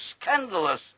scandalous